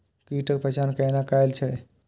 कीटक पहचान कैना कायल जैछ?